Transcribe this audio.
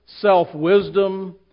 self-wisdom